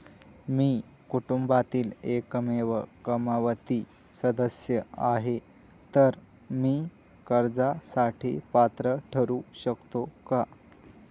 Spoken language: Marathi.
मी कुटुंबातील एकमेव कमावती सदस्य आहे, तर मी कर्जासाठी पात्र ठरु शकतो का?